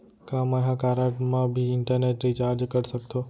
का मैं ह कारड मा भी इंटरनेट रिचार्ज कर सकथो